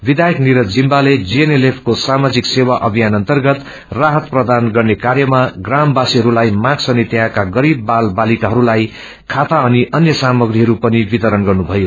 विषायक निरज जिम्बाले जीएनएलएफ को सामाजिक सेवा अभियान अर्न्तगत राहत प्रदान गर्ने कार्यमा प्रामवीहरूलाई मास्क अनि त्यहाँका गरीब बालक बालाकाहरूलाई खाता अनि अन्य सामग्रीहरू पनि वितरण गर्नुभयो